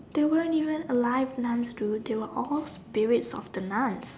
they weren't even alive nuns dude they were all spirits of the nuns